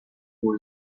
who